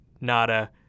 nada